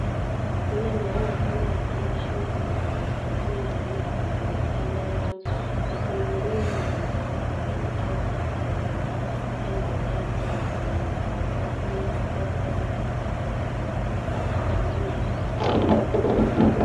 Inama y'abaturage ishinzwe kuganiriza abaturage bakamenya ubutabera bakamenya n'uburenganzira bwabo, buri muturage wese akamenya uburenganzira bwe akamenya uko akwiye kubaho atabangamira abandi.